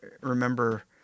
remember